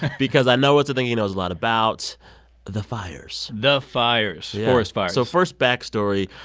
because i know it's a thing he knows a lot about the fires the fires, forest fires so first, back story.